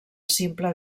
simple